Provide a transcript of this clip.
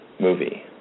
Movie